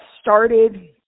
started